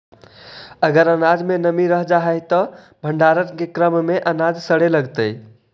अगर अनाज में नमी रह जा हई त भण्डारण के क्रम में अनाज सड़े लगतइ